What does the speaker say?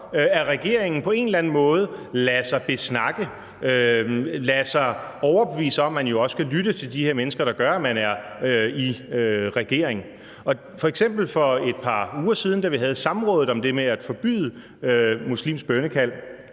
at regeringen på en eller anden måde lader sig besnakke og lader sig overbevise om, at man også skal lytte til de her mennesker, der gør, at man er i regering. Da vi f.eks. for et par uger siden havde samråd om det med at forbyde muslimsk bønnekald,